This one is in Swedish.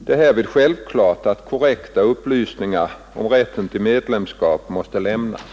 Det är härvid självklart att korrekta upplysningar om rätten till medlemskap måste lämnas.